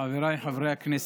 חבריי חברי הכנסת,